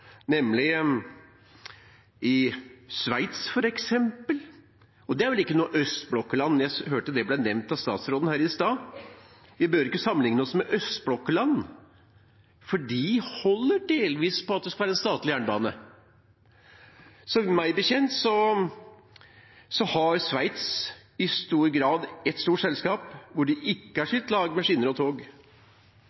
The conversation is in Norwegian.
nemlig i Sveits, f.eks. Det er vel ikke noe østblokkland – jeg hørte det ble nevnt av statsråden her i stad. Vi behøver ikke sammenligne oss med østblokkland, for de holder delvis på at det skal være statlig jernbane. Meg bekjent har Sveits i stor grad ett stort selskap hvor skinner og tog ikke har